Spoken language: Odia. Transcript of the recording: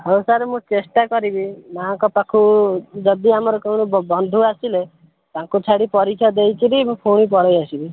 ହଉ ସାର୍ ମୁଁ ଚେଷ୍ଟା କରିବି ମା'ଙ୍କ ପାଖକୁ ଯଦି ଆମର କ'ଣ ବ ବନ୍ଧୁ ଆସିଲେ ତାଙ୍କୁ ଛାଡ଼ି ପରୀକ୍ଷା ଦେଇକରି ମୁଁ ପୁଣି ପଳାଇ ଆସିବି